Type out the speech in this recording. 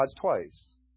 twice